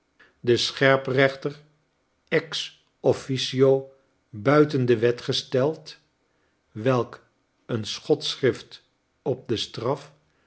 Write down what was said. de scherprechter ex officio buiten de wet gesteld welk een schotschrift op de straf